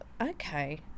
okay